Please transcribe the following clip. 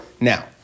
Now